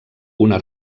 una